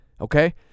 Okay